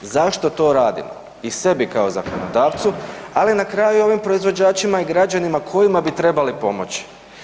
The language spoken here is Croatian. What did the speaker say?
Zašto to radimo i sebi kao zakonodavcu, ali i na kraju, ovim proizvođačima i građanima kojima bi trebali pomoći?